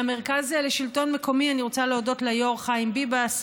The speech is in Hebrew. מהמרכז לשלטון מקומי אני רוצה להודות ליו"ר חיים ביבס,